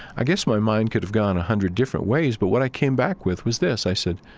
i guess my mind could have gone a hundred different ways, but what i came back with was this. i said,